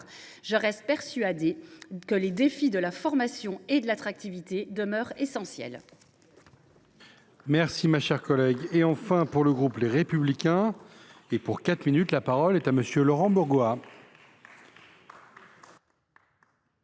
je suis persuadée que les défis de la formation et de l’attractivité demeurent essentiels.